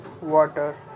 water